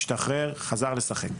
השתחרר וחזר לשחק.